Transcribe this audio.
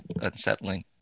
unsettling